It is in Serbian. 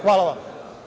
Hvala vam.